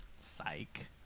Psych